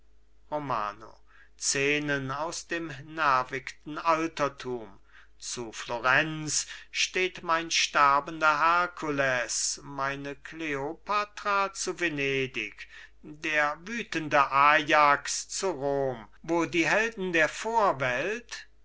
romano szenen aus dem nervigten altertum zu florenz steht mein sterbender herkules meine kleopatra zu venedig der wütende ajax zu rom wo die helden der vorwelt